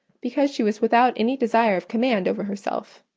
because she was without any desire of command over herself.